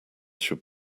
should